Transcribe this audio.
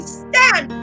stand